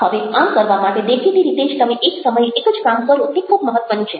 હવે આમ કરવા માટે દેખીતી રીતે જ તમે એક સમયે એક જ કામ કરો તે ખૂબ મહત્ત્વનું છે